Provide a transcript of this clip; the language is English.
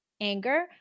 anger